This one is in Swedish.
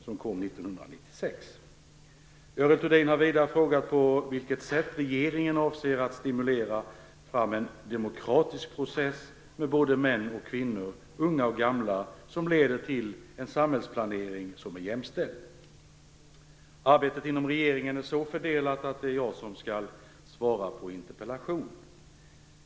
Görel Thurdin har vidare frågat på vilket sätt regeringen avser att stimulera fram en demokratisk process med både män och kvinnor, unga och gamla, som leder till en samhällsplanering som är jämställd. Arbetet inom regeringen är så fördelat att det är jag som skall svara på interpellationen.